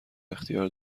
اختیار